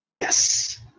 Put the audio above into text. Yes